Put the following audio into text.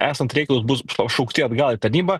esant reikalui bus pašaukti atgal į tarnybą